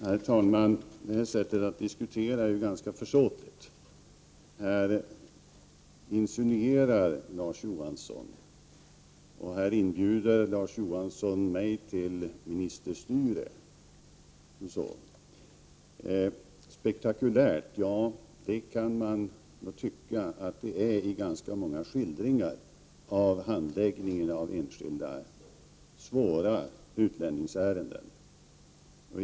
Herr talman! Det här sättet att diskutera är ganska försåtligt. Här insinuerar Larz Johansson, och här inbjuder Larz Johansson mig att utöva ministerstyre. Ordet spektakulär nämns här. Ja, man kan tycka att ganska många skildringar av handläggningen i enskilda, svåra utlänningsärenden är spektakulära.